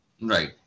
Right